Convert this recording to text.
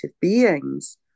beings